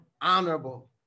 honorable